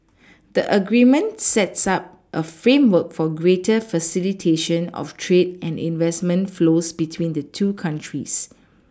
the agreement sets up a framework for greater facilitation of trade and investment flows between the two countries